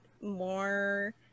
more